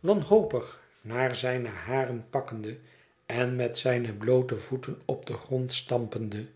wanhopig naar zijne haren pakkende en met zijne bloote voeten op den grond stampende